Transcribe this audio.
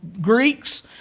Greeks